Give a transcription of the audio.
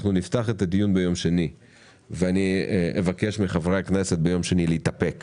אנחנו נפתח את הדיון ביום שני ואני אבקש מחברי הכנסת ביום שני להתאפק